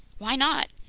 why not?